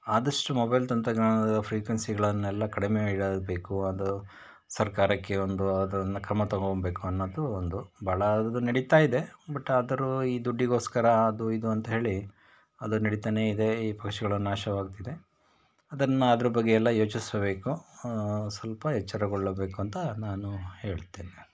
ಆದಷ್ಟು ಮೊಬೈಲ್ ತಂತ್ರಜ್ಞಾನದ ಫ್ರಿಕ್ವೆನ್ಸಿಗಳನ್ನೆಲ್ಲ ಕಡಿಮೆ ಇಡಬೇಕು ಅದು ಸರ್ಕಾರಕ್ಕೆ ಒಂದು ಅದನ್ನು ಕ್ರಮ ತೊಗೊಂಬೇಕು ಅನ್ನೋದು ಒಂದು ಭಾಳ ಅದ್ರುದ್ದು ನಡೀತಾ ಇದೆ ಬಟ್ ಆದರೂ ಈ ದುಡ್ಡಿಗೋಸ್ಕರ ಅದು ಇದು ಅಂತ ಹೇಳಿ ಅದು ನಡೀತಾನೇ ಇದೆ ಈ ಪಕ್ಷಿಗಳ ನಾಶವಾಗ್ತಿದೆ ಅದನ್ನು ಅದ್ರ ಬಗೆಯೆಲ್ಲ ಯೋಚಿಸಬೇಕು ಸ್ವಲ್ಪ ಎಚ್ಚರಗೊಳ್ಳಬೇಕು ಅಂತ ನಾನು ಹೇಳುತ್ತೇನೆ